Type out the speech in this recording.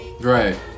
Right